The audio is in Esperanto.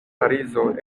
parizo